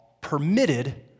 permitted